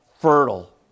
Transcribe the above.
fertile